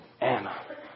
Anna